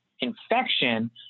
infection